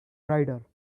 rider